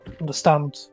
understand